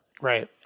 right